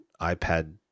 iPad